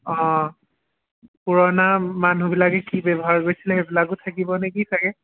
অ পুৰণা মানুহবিলাকে কি ব্যৱহাৰ কৰিছিলে সেইবিলাকো থাকিব নেকি চাগৈ